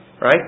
Right